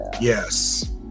Yes